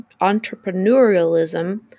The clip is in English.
entrepreneurialism